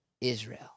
Israel